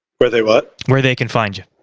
where they what where they can find you